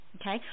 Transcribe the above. Okay